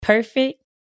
Perfect